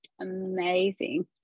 amazing